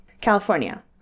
California